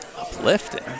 Uplifting